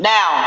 Now